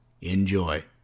Enjoy